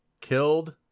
killed